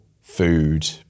food